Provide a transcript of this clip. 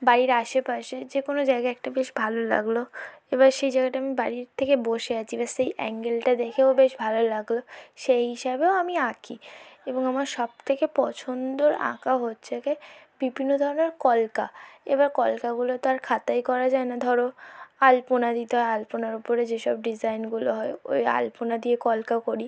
বাড়ির আশেপাশে যে কোনো জায়গায় একটা বেশ ভালো লাগলো এবার সেই জায়গাটা আমি বাড়ির থেকে বসে আছি এবার সেই অ্যাঙ্গেলটা দেখেও বেশ ভালো লাগলো সেই হিসাবেও আমি আঁকি এবং আমার সব থেকে পছন্দর আঁকা হচ্ছে গিয়ে বিভিন্ন ধরনের কলকা এবার কলকাগুলো তো আর খাতায় করা যায় না ধরো আলপনা দিতে হয় আলপনার ওপরে যেসব ডিজাইনগুলো হয় ওই আলপনা দিয়ে কলকা করি